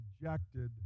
rejected